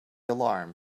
alarm